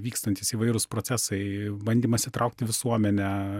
vykstantys įvairūs procesai bandymas įtraukti visuomenę